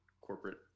corporate